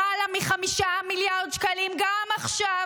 למעלה מ-5 מיליארד שקלים גם עכשיו,